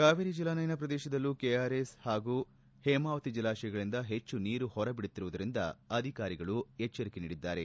ಕಾವೇರಿ ಜಲಾನಯನ ಪ್ರದೇಶದಲ್ಲೂ ಕೆಆರ್ಎಸ್ ಮತ್ತು ಹೇಮಾವತಿ ಜಲಾಶಯಗಳಂದ ಹೆಚ್ಚು ನೀರು ಹೊರ ಬಿಡುತ್ತಿರುವುದರಿಂದ ಅಧಿಕಾರಿಗಳು ಎಚ್ಚರಿಕೆ ನೀಡಿದ್ದಾರೆ